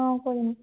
অঁ কৰিম